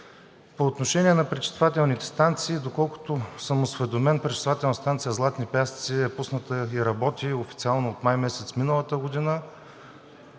По отношение на пречиствателните станции. Доколкото съм осведомен, пречиствателна станция „Златни пясъци“ е пусната и работи официално от май месец миналата година